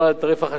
תעריף החשמל,